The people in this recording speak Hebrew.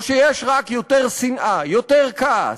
או שיש רק יותר שנאה, יותר כעס,